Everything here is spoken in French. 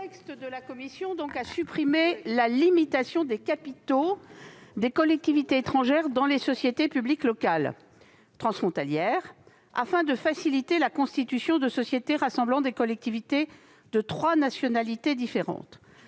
Le texte de la commission a supprimé la limitation des capitaux des collectivités étrangères dans les sociétés publiques locales transfrontalières, afin de faciliter la constitution de sociétés rassemblant des collectivités de trois nationalités différentes.